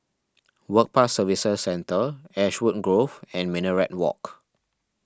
Work Pass Services Centre Ashwood Grove and Minaret Walk